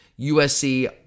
USC